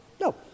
no